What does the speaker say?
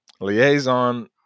liaison